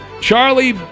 Charlie